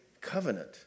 covenant